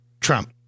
Trump